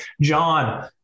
John